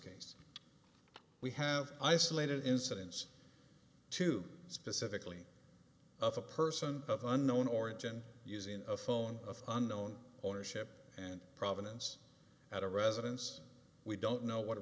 case we have isolated incidents to specifically of a person of unknown origin using a phone of unknown ownership and provenance at a residence we don't know what